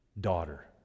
Daughter